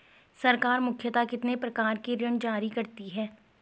सरकार मुख्यतः कितने प्रकार के ऋण जारी करती हैं?